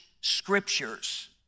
scriptures